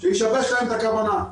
שישבש להם את הכוונה.